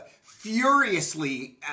furiously